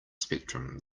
spectrum